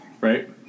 Right